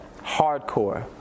hardcore